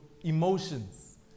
emotions